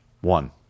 one